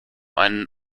einen